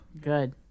Good